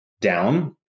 down